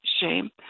shame